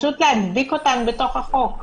ופשוט להדביק אותן בתוך החוק?